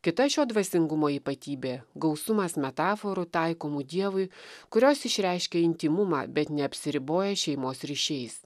kita šio dvasingumo ypatybė gausumas metaforų taikomų dievui kurios išreiškia intymumą bet neapsiriboja šeimos ryšiais